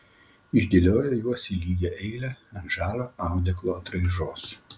išdėliojo juos į lygią eilę ant žalio audeklo atraižos